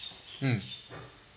mm